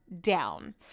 down